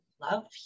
love